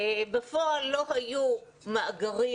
בפועל לא היו מאגרים